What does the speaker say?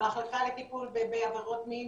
מחלקה לטיפול בעבירות מין,